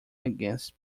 against